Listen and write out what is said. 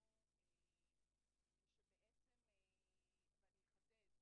יצאנו מן הרגע אל הרגע למחאה,